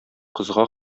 кызга